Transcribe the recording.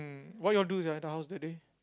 mm what you all do sia in the house that day